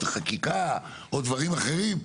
חקיקה או דברים אחרים,